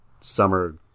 summer